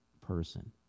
person